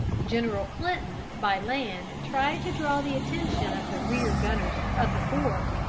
general clinton by land tried to draw the attention of the rear gunners of the fort,